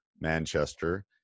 Manchester